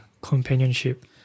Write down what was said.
companionship